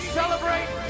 celebrate